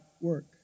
work